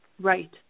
Right